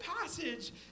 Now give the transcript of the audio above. passage